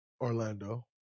Orlando